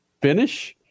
finish